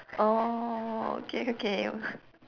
orh okay okay